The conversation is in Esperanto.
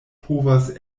povas